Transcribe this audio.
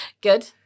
Good